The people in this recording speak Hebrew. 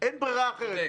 אין ברירה אחרת.